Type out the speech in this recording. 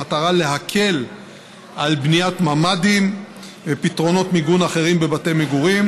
במטרה להקל על בניית ממ"דים ופתרונות מיגון אחרים בבתי מגורים,